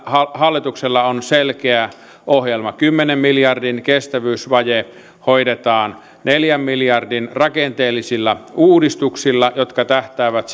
hallituksella on selkeä ohjelma kymmenen miljardin kestävyysvaje hoidetaan neljän miljardin rakenteellisilla uudistuksilla jotka tähtäävät